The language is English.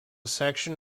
section